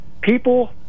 people